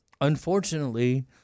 unfortunately